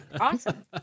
awesome